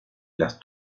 las